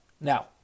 Now